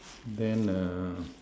then err